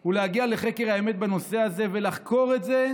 היא להגיע לחקר האמת בנושא הזה ולחקור את זה,